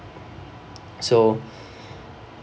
so